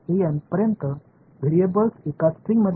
an पर्यंत variables एका string मध्ये आहेत